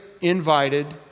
invited